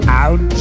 out